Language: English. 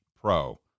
pro